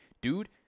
Dude